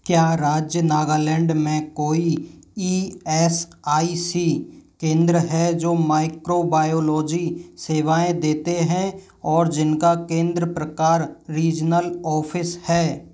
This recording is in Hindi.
क्या राज्य नागालैंड में कोई ई एस आई सी केंद्र है जो माइक्रोबायोलॉजी सेवाएँ देते हैं और जिनका केंद्र प्रकार रीजनल ऑफ़िस है